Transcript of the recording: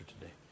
today